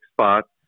spots